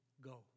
go